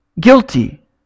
guilty